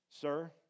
sir